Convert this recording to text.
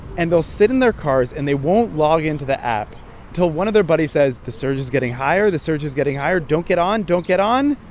and they'll sit in their cars, and they won't log in to the app till one of their buddies says the surge is getting higher, the surge is getting higher. don't get on. don't get on.